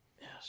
Yes